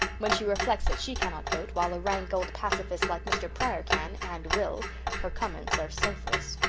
when she reflects that she cannot vote, while a rank old pacifist like mr. pryor can and will her comments are sulphurous.